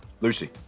Lucy